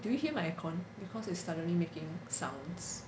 do you hear my aircon because it's suddenly making sounds